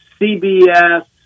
cbs